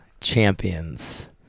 champions